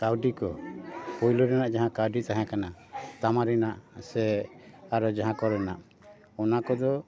ᱠᱟᱹᱣᱰᱤ ᱠᱚ ᱯᱳᱭᱞᱳ ᱨᱮᱱᱟᱜ ᱡᱟᱦᱟᱸ ᱠᱟᱹᱣᱰᱤ ᱛᱟᱦᱮᱸ ᱠᱟᱱᱟ ᱛᱟᱢᱟ ᱨᱮᱱᱟᱜ ᱥᱮ ᱟᱨᱚ ᱡᱟᱦᱟᱸ ᱠᱚᱨᱮᱱᱟᱜ ᱚᱱᱟ ᱠᱚᱫᱚ